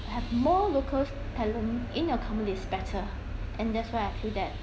have more local talent in your company is better and that's why I feel that